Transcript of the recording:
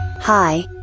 Hi